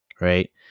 right